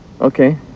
Okay